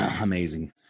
Amazing